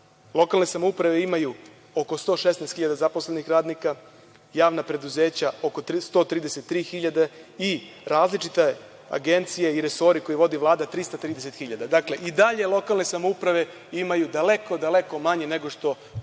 lokalne samouprave imaju oko 116 hiljada zaposlenih radnika, javna preduzeća oko 133 hiljade i različite agencije i resori koje vodi Vlada 330 hiljada. Dakle, i dalje lokalne samouprave imaju daleko, daleko manje nego to